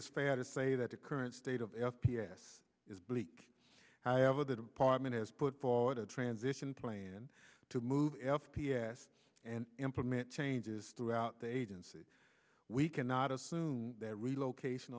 it's fair to say that the current state of f p s is bleak however the department has put forward a transition plan to move f p s and implement changes throughout the agency we cannot as relocation